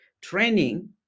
training